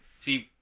see